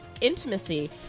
intimacy